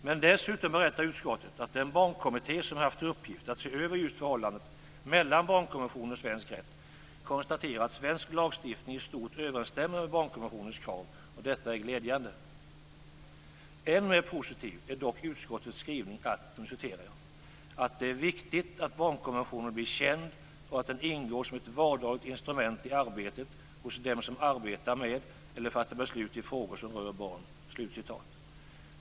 Men dessutom berättar utskottet att den barnkommitté som haft till uppgift att se över just förhållandet mellan barnkonvention och svensk rätt konstaterar att svensk lagstiftning i stort överensstämmer med barnkonventionens krav. Detta är glädjande. Än mer positiv är dock utskottets skrivning om att det är viktigt att barnkonventionen blir känd och att den ingår som ett vardagligt instrument i arbetet hos dem som arbetar med eller fattar beslut i frågor som rör barn.